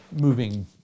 moving